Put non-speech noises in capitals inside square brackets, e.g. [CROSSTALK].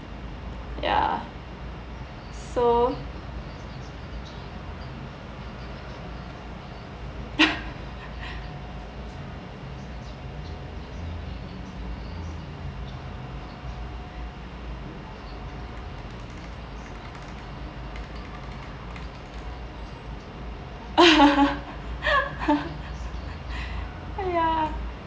ya so [LAUGHS] ya